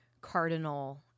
cardinal